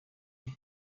rw’u